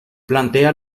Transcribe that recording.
plantea